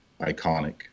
iconic